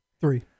three